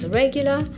regular